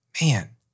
Man